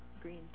green